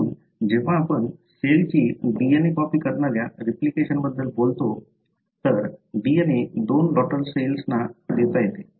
म्हणून जेव्हा आपण सेलची DNA कॉपी करणाऱ्या रिप्लिकेशन बद्दल बोलतो म्हणून DNA दोन डॉटर सेल्सना देता येते